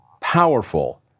powerful